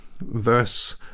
verse